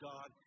God